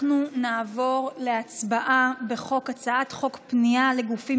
אנחנו נעבור להצבעה על הצעת חוק פנייה לגופים